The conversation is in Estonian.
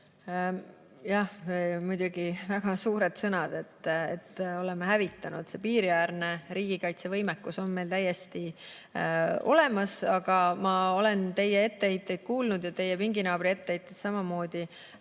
Jah, muidugi väga suured sõnad, et oleme hävitanud. Piiriäärne riigikaitsevõimekus on meil täiesti olemas. Aga ma olen teie etteheiteid kuulnud ja teie pinginaabri etteheiteid samamoodi.